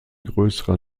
größerer